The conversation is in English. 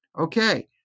okay